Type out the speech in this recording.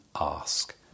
ask